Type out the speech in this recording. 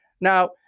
Now